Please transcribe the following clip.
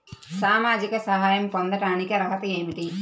సామాజిక సహాయం పొందటానికి అర్హత ఏమిటి?